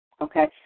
Okay